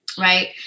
right